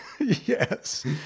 yes